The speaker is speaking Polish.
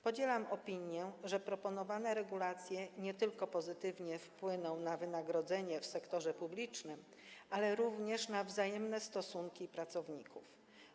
Podzielam opinię, że proponowane regulacje nie tylko pozytywnie wpłyną na wynagrodzenie w sektorze publicznym, ale również na wzajemne stosunki pracowników.